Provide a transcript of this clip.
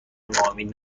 ناامید